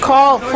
Call